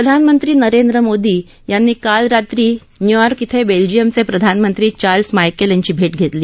प्रधानमंत्री नरेंद्र मोदी यांनी काल रात्री न्यूयॉर्क इथं बेल्जियमचे प्रधानमंत्री चार्लस मायकेल यांची भेट घेतली